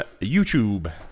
YouTube